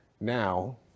now